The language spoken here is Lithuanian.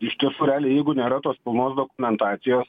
iš tiesų realiai jeigu nėra tos pilnos dokumentacijos